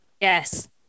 yes